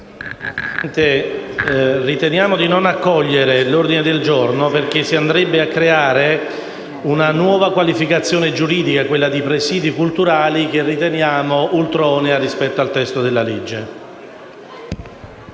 riteniamo di non accogliere l'ordine giorno con questa formulazione perché si andrebbe a creare una nuova qualificazione giuridica, quella dei presidi culturali, che riteniamo ultronea rispetto al testo della legge.